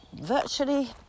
virtually